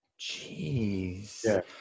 Jeez